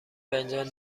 فنجان